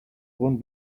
won’t